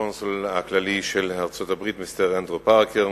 הקונסול הכללי של ארצות-הברית מיסטר אנדרו פרקר,